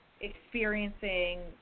experiencing